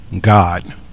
God